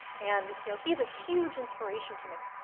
and you know he's a huge inspiration to me.